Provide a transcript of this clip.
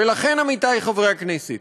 ולכן, עמיתי חברי הכנסת,